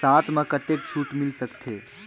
साथ म कतेक छूट मिल सकथे?